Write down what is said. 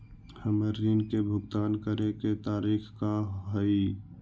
हमर ऋण के भुगतान करे के तारीख का हई?